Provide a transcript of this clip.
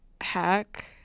Hack